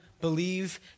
believe